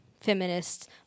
feminists